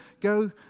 go